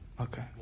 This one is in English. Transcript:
Okay